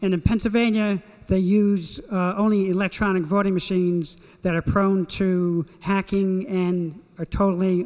in pennsylvania they use only electronic voting machines that are prone to hacking and are totally